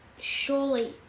Surely